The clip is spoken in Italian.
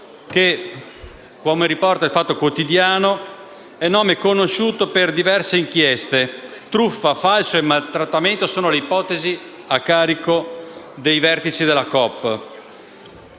che - come riporta «Il Fatto quotidiano» - è nome conosciuto per diverse inchieste: truffa, falso e maltrattamenti sono le ipotesi di reato a carico dei vertici della